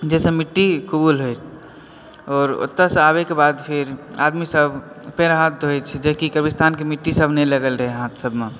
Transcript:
जाहिसॅं मिट्टी कुबूल होइ आओर ओतेय सऽ आबए के बाद फिर आदमी सब पैर हाथ धोए छै जाहि सऽ कि कब्रिस्तान के मिट्टी सब नहि लागल रहै हाथ सब मे